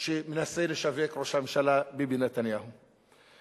שראש הממשלה ביבי נתניהו מנסה לשווק.